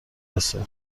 رسه